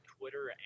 Twitter